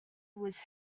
was